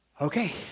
okay